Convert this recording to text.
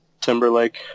Timberlake